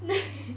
like